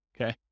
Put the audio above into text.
okay